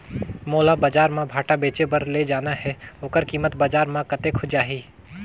मोला बजार मां भांटा बेचे बार ले जाना हे ओकर कीमत बजार मां कतेक जाही?